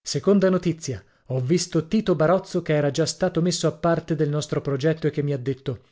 seconda notizia ho visto tito barozzo che era già stato messo a parte del nostro progetto e che mi ha detto